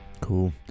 Cool